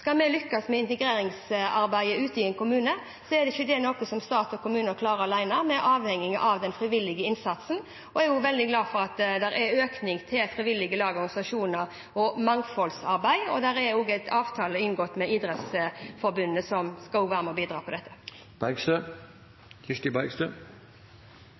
Skal vi lykkes med integreringsarbeidet ute i en kommune, er ikke det noe som stat og kommune klarer alene. Vi er avhengige av den frivillige innsatsen. Jeg er veldig glad for at det er økning til frivillige lag og organisasjoner og mangfoldsarbeid. Det er også inngått avtale med Idrettsforbundet, som også skal være med og bidra på dette.